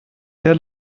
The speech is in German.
der